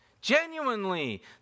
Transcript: Genuinely